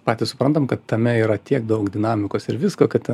patys suprantam kad tame yra tiek daug dinamikos ir visko kad ten